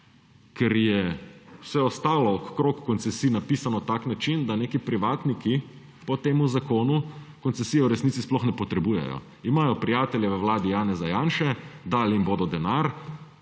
Ker je vse ostalo okoli koncesij napisano na tak način, da neki privatniki po tem zakonu koncesije v resnici sploh ne potrebujejo. Imajo prijatelje v vladi Janeza Janše, dali jim bodo denar,